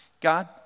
God